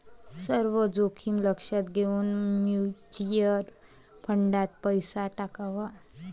सर्व जोखीम लक्षात घेऊन म्युच्युअल फंडात पैसा टाकावा